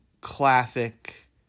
classic